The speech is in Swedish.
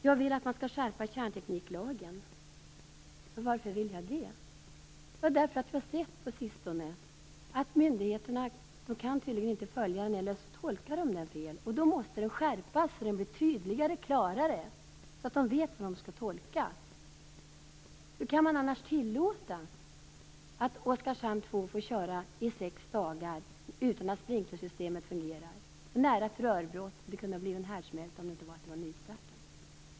Jag vill att kärntekniklagen skall skärpas. Varför vill jag det? Vi har på sistone sett att myndigheterna kan tydligen inte följa lagen - eller så tolkas den fel. Då måste lagen skärpas så att den blir tydligare och klarare så att myndigheterna vet hur de skall tolka den. Hur går det annars att tillåta att Oskarshamn 2 får drivas i sex dagar utan att sprinklersystemet fungerar? Det var nära till ett rörbrott. Det kunde ha blivit en härdsmälta, om det inte var för att reaktorn var nystartad.